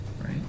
Right